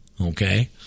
Okay